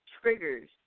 triggers